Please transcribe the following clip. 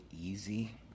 easy